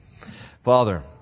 Father